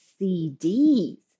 CDs